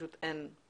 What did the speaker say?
שפשוט אין עצים.